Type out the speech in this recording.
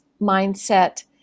mindset